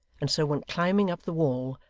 and so went climbing up the wall,